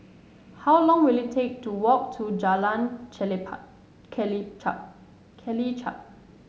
how long will it take to walk to Jalan Kelichap